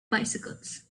bicycles